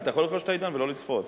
אתה יכול לרכוש את ה"עידן" ולא לצפות.